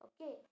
Okay